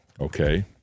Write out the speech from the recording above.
okay